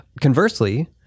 Conversely